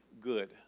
good